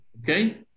Okay